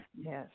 Yes